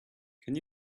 can